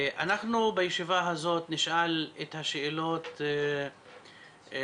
אנחנו בישיבה הזאת נשאל את השאלות שנדרשות.